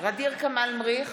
ע'דיר כמאל מריח,